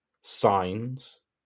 signs